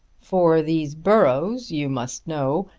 for these boroughs, you must know,